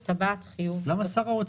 2021 ו-2022 כדי שנוכל לבצע השוואה.